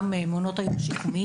אני אתחיל במעונות היום השיקומיים,